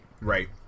right